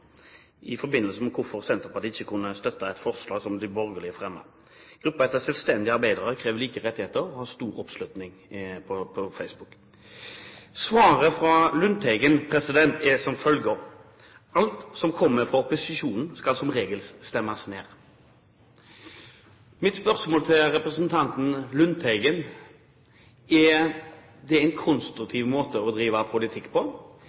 i forbindelse med hvorfor Senterpartiet ikke kunne støtte et forslag som de borgerlige fremmet. Gruppen heter «Selvstendige Arbeidere krever like rettigheter», og har stor oppslutning på Facebook. Svaret fra Lundteigen var som følger: «Alt som kommer fra opposisjonen skal som regel stemmes ned.» Mine spørsmål til representanten Lundteigen er: Er det en konstruktiv måte å drive politikk på?